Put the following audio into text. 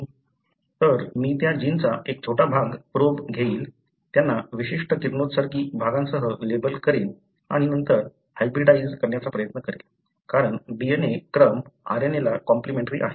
तर मी त्या जीनचा एक छोटा भाग प्रोब घेईल त्यांना विशिष्ट किरणोत्सर्गी भागांसह लेबल करीन आणि नंतर हायब्रिडाइझ करण्याचा प्रयत्न करेन कारण DNA क्रम RNA ला कॉम्प्लिमेंट्री आहेत